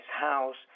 house